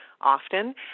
often